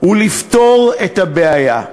ולפתור את הבעיה.